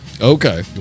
Okay